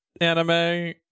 anime